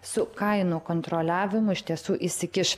su kainų kontroliavimu iš tiesų įsikiš